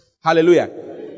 Hallelujah